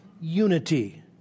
unity